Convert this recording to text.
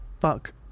fuck